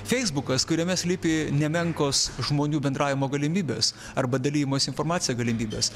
feisbukas kuriame slypi nemenkos žmonių bendravimo galimybės arba dalijimosi informacija galimybės